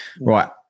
right